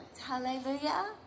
Hallelujah